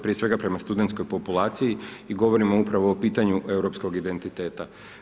Prije svega prema studentskoj populaciji i govorimo upravo o ovom pitanju europskog identiteta.